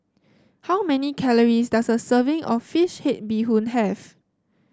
how many calories does a serving of fish head Bee Hoon have